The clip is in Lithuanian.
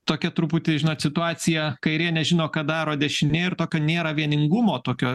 tokia truputį žinot situacija kairė nežino ką daro dešinė ir tokio nėra vieningumo tokio